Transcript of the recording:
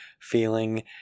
feeling